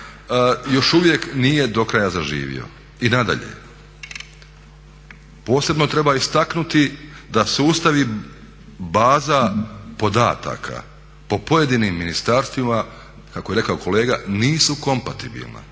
još uvijek nije do kraja zaživio. I nadalje, posebno treba istaknuti da sustavi baza podataka po pojedinim ministarstvima kako je rekao kolega nisu kompatibilna